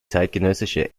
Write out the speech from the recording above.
zeitgenössische